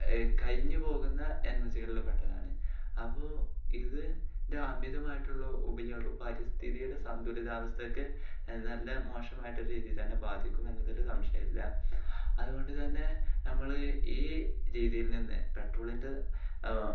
കഴിഞ്ഞു പോകുന്ന എനർജികളിൽ പെട്ടതാണ് അപ്പോൾ ഇതിൻ്റെ അമിതമായിട്ടുള്ള ഉപയോഗം പരിസ്ഥിതിയുടെ സന്തുലിതാവസ്ഥയ്ക്ക് നല്ല മോശമായിട്ടുള്ള രീതിയിൽ തന്നെ ബാധിക്കും എന്നത് ഒരു സംശയമില്ല അതുകൊണ്ട് തന്നെ നമ്മൾ ഈ രീതിയിൽ നിന്ന് പെട്രോളിൻ്റെ